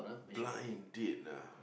blind date ah